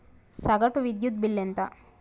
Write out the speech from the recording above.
సగటు విద్యుత్ బిల్లు ఎంత?